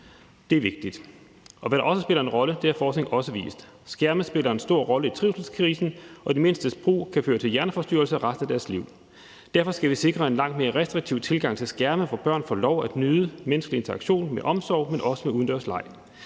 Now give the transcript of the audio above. det er at være sammen med andre børn og voksne, og hvad forskningen også har vist, er, at skærme spiller en stor rolle i trivselskrisen, og at de mindstes brug kan føre til hjerneforstyrrelser resten af deres liv. Derfor skal vi sikre en langt mere restriktiv tilgang til skærme, hvor børn får lov at nyde menneskelig interaktion med omsorg, men også med udendørs leg.